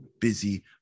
busy